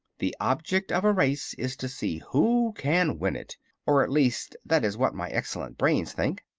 the object of a race is to see who can win it or at least that is what my excellent brains think.